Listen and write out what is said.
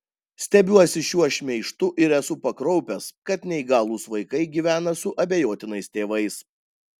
stebiuosi šiuo šmeižtu ir esu pakraupęs kad neįgalūs vaikai gyvena su abejotinais tėvais